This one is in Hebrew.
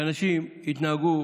שאנשים יתנהגו